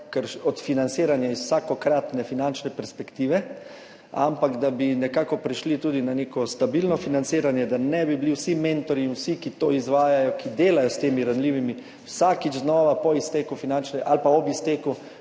od financiranja iz vsakokratne finančne perspektive, ampak bi prešli tudi na neko stabilno financiranje, da ne bi bili vsi mentorji in vsi, ki to izvajajo, ki delajo s temi ranljivimi, vsakič znova ob izteku finančne perspektive